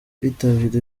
kwitabira